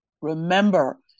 remember